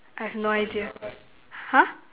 I have no idea !huh!